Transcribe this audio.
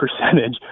percentage